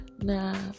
Now